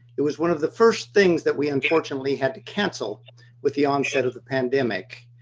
it was one of the first things that we unfortunately had to cancel with the onset of the pandemic.